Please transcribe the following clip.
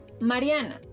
Mariana